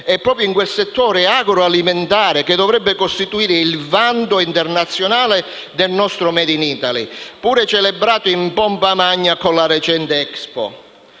proprio nel settore agroalimentare, che dovrebbe invece costituire il vanto internazionale del nostro *made in Italy*, pure celebrato in pompa magna con il recente Expo.